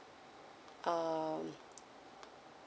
um